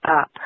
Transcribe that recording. up